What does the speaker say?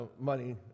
money